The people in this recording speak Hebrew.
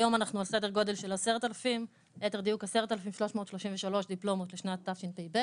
היום אנחנו על סדר גודל של 10,333 דיפלומות לשנת תשפ"ב,